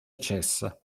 cessa